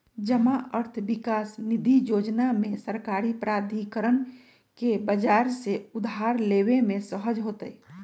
जमा अर्थ विकास निधि जोजना में सरकारी प्राधिकरण के बजार से उधार लेबे में सहज होतइ